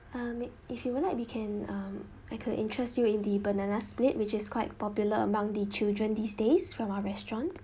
um if you would like we can um I could interest you in the banana split which is quite popular among the children these days from our restaurant